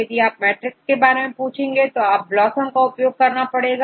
यदि आप मैट्रिक के बारे में पूछेंगे तो आपको BLOSUM का उपयोग करना पड़ेगा